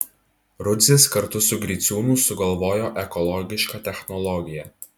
rudzis kartu su griciūnu sugalvojo ekologišką technologiją